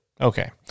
Okay